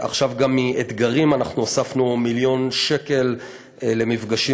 עכשיו גם מ"אתגרים" אנחנו הוספנו מיליון שקל למפגשים,